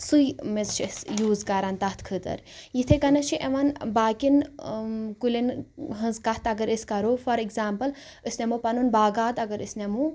سۄے میٚژ چھِ أسۍ یوٗز کَران تتھ خٲطرٕ یتھٕے کٔنٮ۪ن چھِ یِوان باقیٚن کُلٮ۪ن ہٕنز کَتھ اگر أسۍ کَرو فار ایکزامپٕل أسۍ نِمو پَنُن باغات اَگر أسۍ نِمو